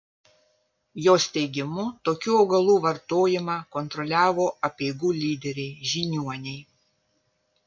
jos teigimu tokių augalų vartojimą kontroliavo apeigų lyderiai žiniuoniai